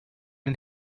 den